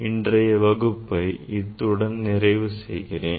இன்றைய வகுப்பை இத்துடன் நிறைவு செய்கிறேன்